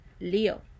Leo